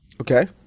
Okay